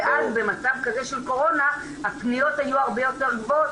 ואז במצב כזה של קורונה הפניות היו הרבה גבוהות